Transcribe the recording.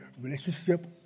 relationship